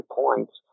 points